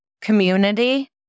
community